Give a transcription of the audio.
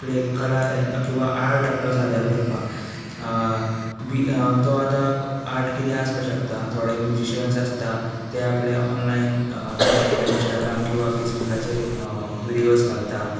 आपले कला किंवा आर्ट आपलो सादर करपाक तो आतां आर्ट कितें आसपाक शकता थोडे म्युझिशन्स आसता ते आपले ऑनलायन इन्स्टाग्राम किंवा फेसबुकाचेर घालता